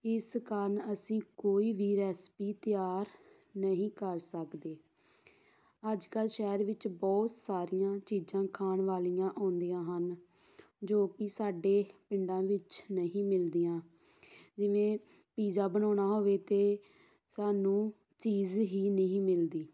ਇਸ ਕਾਰਨ ਅਸੀਂ ਕੋਈ ਵੀ ਰੈਸਪੀ ਤਿਆਰ ਨਹੀਂ ਕਰ ਸਕਦੇ ਅੱਜ ਕੱਲ੍ਹ ਸ਼ਹਿਰ ਵਿੱਚ ਬਹੁਤ ਸਾਰੀਆਂ ਚੀਜ਼ਾਂ ਖਾਣ ਵਾਲੀਆਂ ਆਉਂਦੀਆਂ ਹਨ ਜੋ ਕਿ ਸਾਡੇ ਪਿੰਡਾਂ ਵਿੱਚ ਨਹੀਂ ਮਿਲਦੀਆਂ ਜਿਵੇਂ ਪੀਜ਼ਾ ਬਣਾਉਣਾ ਹੋਵੇ ਤਾਂ ਸਾਨੂੰ ਚੀਜ਼ ਹੀ ਨਹੀਂ ਮਿਲਦੀ